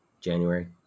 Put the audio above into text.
January